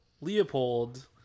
Leopold